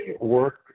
work